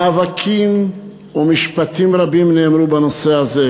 מאבקים ומשפטים רבים נאמרו בנושא הזה,